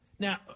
Now